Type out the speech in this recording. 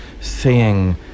seeing